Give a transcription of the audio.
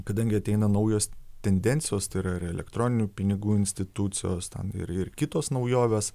kadangi ateina naujos tendencijos tai yra elektroninių pinigų institucijos ir ir kitos naujovės